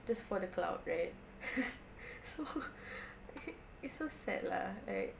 just for the clout right so it's so sad lah like